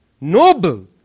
Noble